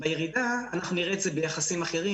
בירידה אנחנו נראה את זה ביחסים אחרים.